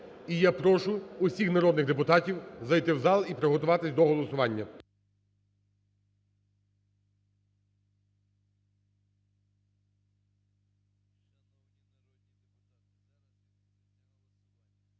І я прошу всіх народних депутатів зайти в зал і приготуватись до голосування.